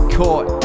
caught